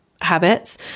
habits